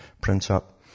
print-up